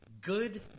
Good